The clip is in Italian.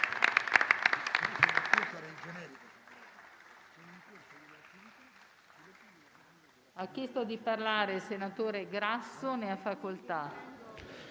Grazie